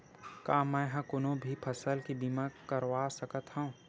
का मै ह कोनो भी फसल के बीमा करवा सकत हव?